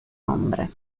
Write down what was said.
ombre